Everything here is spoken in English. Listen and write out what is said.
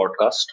podcast